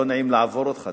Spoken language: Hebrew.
לא נעים לעבור אותך,